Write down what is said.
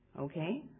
Okay